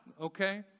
okay